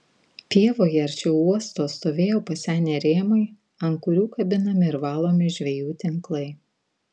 pievoje arčiau uosto stovėjo pasenę rėmai ant kurių kabinami ir valomi žvejų tinklai